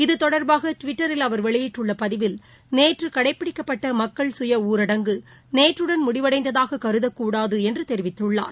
இத்தொடர்பாக்டுவிட்டரில் அவர் வெளியிட்டுள்ளபதிவில் நேற்றுகடைபிடிக்கப்பட்டமக்கள் சுய ஊரங்குநேற்றுடன் முடிவடைந்ததாககருதகூடாதுஎன்றுதெரிவித்துள்ளார்